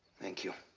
thank you.